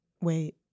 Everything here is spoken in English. Wait